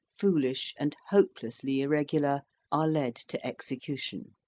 foolish, and hopelessly irregular are led to execution.